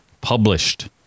published